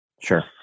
Sure